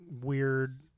weird